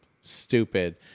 stupid